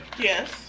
Yes